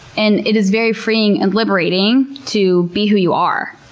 and it is very freeing and liberating to be who you are,